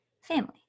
family